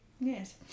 Yes